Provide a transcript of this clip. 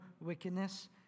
wickedness